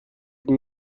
حکم